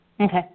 Okay